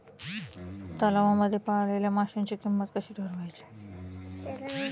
तलावांमध्ये पाळलेल्या माशांची किंमत कशी ठरवायची?